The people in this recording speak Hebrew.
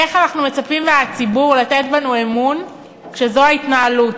איך אנחנו מצפים מהציבור לתת בנו אמון כשזו ההתנהלות?